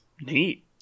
Neat